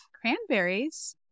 cranberries